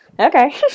Okay